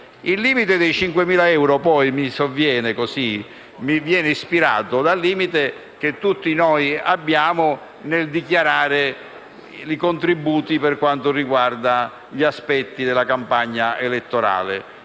Il limite dei 5.000 euro mi viene ispirato da quello che tutti noi abbiamo nel dichiarare i contributi per quanto riguarda gli aspetti della campagna elettorale.